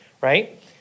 right